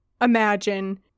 imagine